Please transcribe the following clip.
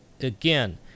again